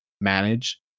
manage